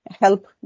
help